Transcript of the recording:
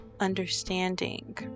understanding